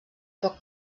poc